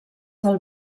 del